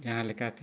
ᱡᱟᱦᱟᱸ ᱞᱮᱠᱟᱜᱮ